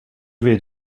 vais